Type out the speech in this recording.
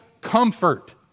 comfort